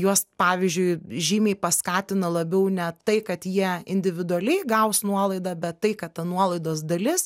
juos pavyzdžiui žymiai paskatina labiau ne tai kad jie individualiai gaus nuolaidą bet tai kad ta nuolaidos dalis